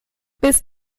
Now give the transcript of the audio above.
bist